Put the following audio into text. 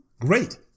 great